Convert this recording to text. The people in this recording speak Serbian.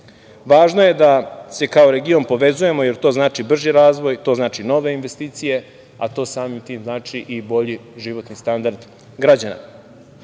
je da se kao region povezujemo, jer to znači brži razvoj, to znače nove investicije, a to samim tim znači i bolji životni standard građana.